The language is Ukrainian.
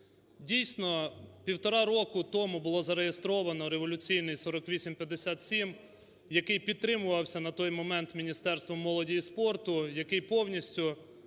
Дійсно, півтора роки тому було зареєстровано революційний 4857, який підтримувався на той момент Міністерством молоді і спорту, який повністю